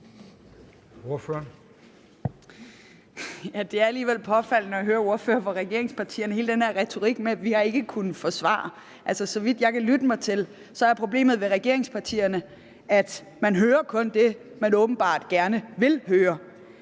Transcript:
Det er alligevel påfaldende at høre en ordfører fra regeringspartierne, altså al den her retorik med, at vi ikke har kunnet få svar. Altså, så vidt jeg har kunnet lytte mig til, er problemet med regeringspartierne, at man kun hører det, man åbenbart gerne vil høre.